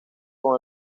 con